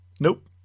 Nope